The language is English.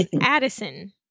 Addison